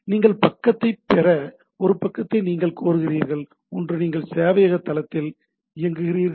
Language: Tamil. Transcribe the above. எனவே நீங்கள் பக்கத்தைப் பெற ஒரு பக்கத்தை நீங்கள் கோருகிறீர்கள் ஒன்று நீங்கள் சேவையக தளத்தில் இயங்குகிறீர்கள்